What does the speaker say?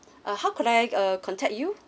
uh how could I err contact you